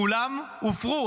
כולן הופרו,